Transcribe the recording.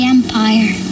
Empire